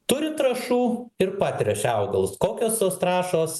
turi trąšų ir patręšia augalus kokios tos trąšos